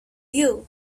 you